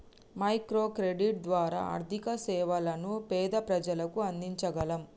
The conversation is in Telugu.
మైక్రో క్రెడిట్ ద్వారా ఆర్థిక సేవలను పేద ప్రజలకు అందించగలం